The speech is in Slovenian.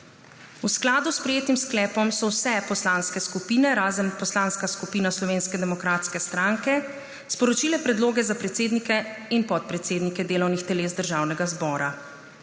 V skladu s sprejetim sklepom so vse poslanske skupine, razen Poslanska skupina Slovenske demokratske stranke, sporočile predloge za predsednike in podpredsednike delovnih teles Državnega zbora.